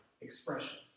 expression